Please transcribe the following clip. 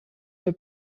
der